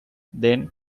then